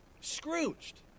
scrooged